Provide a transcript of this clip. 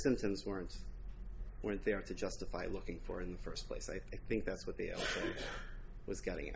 symptoms weren't weren't there to justify looking for in the first place i think that's what they was getting